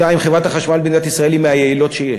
2. חברת החשמל במדינת ישראל היא מהיעילות שיש.